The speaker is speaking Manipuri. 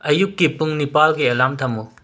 ꯑꯌꯨꯛꯀꯤ ꯄꯨꯡ ꯅꯤꯄꯥꯟꯒꯤ ꯑꯦꯂꯥꯝ ꯊꯝꯃꯨ